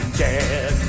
dead